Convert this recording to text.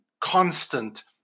constant